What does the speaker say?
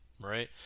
right